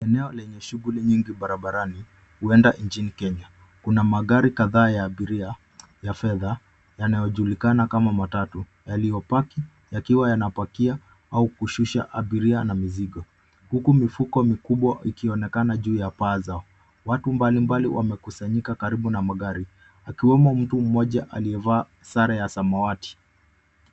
Eneo lenye shughuli nyingi barabarani huenda nchini Kenya. Kuna magari kadhaa ya abiria ya fedha yanayojulikana kama matatu yaliyopaki yakiwa yanapakia au kushusha abiria na mizigo huku mifuko mikubwa ikionekana juu ya paa zao watu mbalimbali wamekusanyika karibu na magari akiwemo mtu mmoja aliyevaa sare ya samawati.